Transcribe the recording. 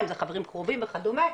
אם חברים קרובים וכדומה,